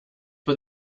for